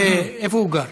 איפה הוא גר?